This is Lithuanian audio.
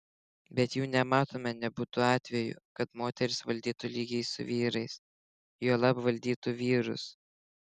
bet jų nematome nebūta atvejų kad moterys valdytų lygiai su vyrais juolab valdytų vyrus